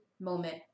moment